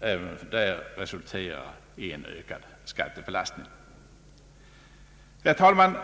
även för dem resulterar i en ökad skattebelastning. Herr talman!